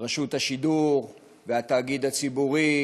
רשות השידור והתאגיד הציבורי,